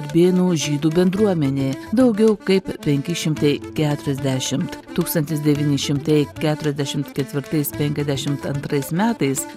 vienų žydų bendruomenė daugiau kaip penki šimtai keturiasdešim tūkstantis devyni šimtai keturiasdešim ketvirtais penkiasdešim antrais metais